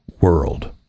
world